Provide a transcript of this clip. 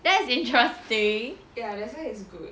that's interesting